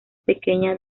pequeña